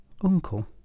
Uncle